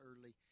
early